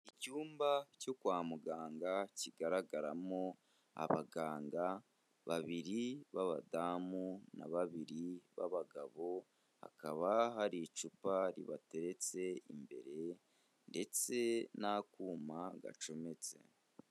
Icyumba cyo kwa muganga kigaragaramo abaganga babiri b'abadamu na babiri b'abagabo, hakaba hari icupa ribatetse imbere ndetse n'akuma gacometse.